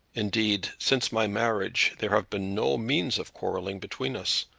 indeed, since my marriage there have been no means of quarrelling between us.